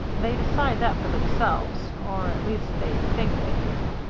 they decide that for themselves, or at least they think they do.